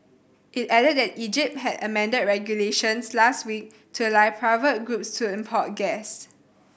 it added that Egypt had amended regulations last week to allow private groups to import gas